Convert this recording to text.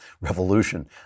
revolution